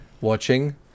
watching